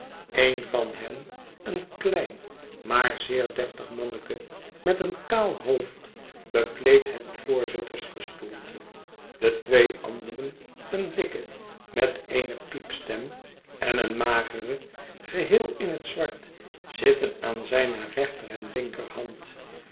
een van hen een klein maar zeer deftig manneke met een kaal hoofd bekleedt het voorzittersgestoelte de twee anderen een dikke met eene piepstem en een magere geheel in het zwart zitten aan zijne reenter en